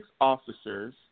officers